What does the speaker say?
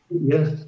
Yes